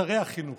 שרי החינוך.